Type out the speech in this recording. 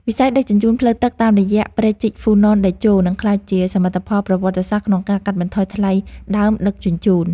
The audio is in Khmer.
វិស័យដឹកជញ្ជូនផ្លូវទឹកតាមរយៈព្រែកជីកហ្វូណនតេជោនឹងក្លាយជាសមិទ្ធផលប្រវត្តិសាស្ត្រក្នុងការកាត់បន្ថយថ្លៃដើមដឹកជញ្ជូន។